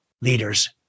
Leaders